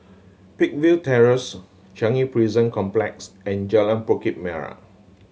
Peakville Terrace Changi Prison Complex and Jalan Bukit Merah